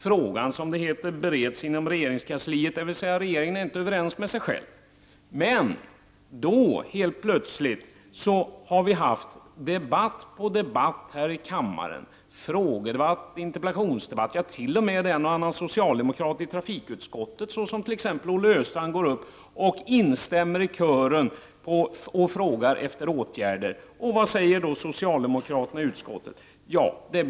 Frågan bereds, som det heter, inom regeringskansliet, dvs. regeringen är inte överens med sig själv. Men vi har helt plötsligt haft debatt på debatt här i kammaren, frågedebatt och interpellationsdebatt. T.o.m. en och annan socialdemokrat i trafikutskottet, såsom t.ex. Olle Östrand, går upp i talarstolen och instämmer i kören och frågar efter åtgärder. Vad säger då socialdemokraterna i jordbruksutskottet?